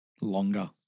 longer